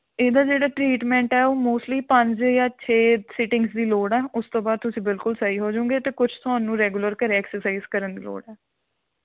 ਇਹਦਾ ਜਿਹੜਾ ਟਰੀਟਮੈਂਟ ਹੈ ਉਹ ਮੋਸਟਲੀ ਪੰਜ ਜਾਂ ਛੇ ਸਿਟਿੰਗਸ ਦੀ ਲੋੜ ਹੈ ਉਸ ਤੋਂ ਬਾਅਦ ਤੁਸੀਂ ਬਿਲਕੁਲ ਸਹੀ ਹੋ ਜੋਗੇ ਕੁਛ ਤੁਹਾਨੂੰ ਰੈਗੂਲਰ ਘਰ ਐਕਸਰਸਾਈਜ ਕਰਨ ਦੀ ਲੋੜ ਹੈ